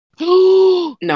No